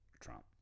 Trump